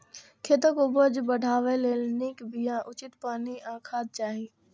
खेतक उपज बढ़ेबा लेल नीक बिया, उचित पानि आ खाद चाही